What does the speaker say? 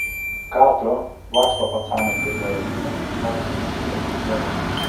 ką tu laksto pacanai kaip berazumiai tos jų muzikos tik duoda